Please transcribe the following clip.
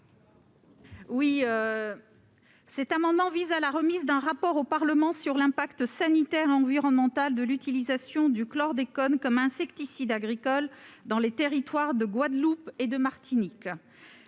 ? Cet amendement vise à remettre un rapport au Parlement sur l'impact sanitaire et environnemental de l'utilisation du chlordécone comme insecticide agricole dans les territoires de Guadeloupe et de Martinique.